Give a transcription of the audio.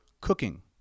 cooking